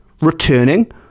returning